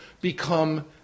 become